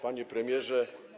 Panie Premierze!